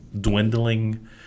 dwindling